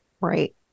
Right